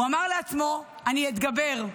אמר לעצמו: אני אתגבר,